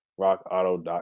Rockauto.com